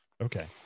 Okay